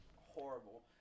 horrible